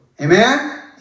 Amen